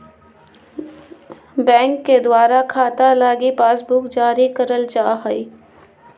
bank के द्वारा खाता लगी पासबुक जारी करल जा हय